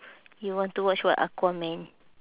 you want to watch what aquaman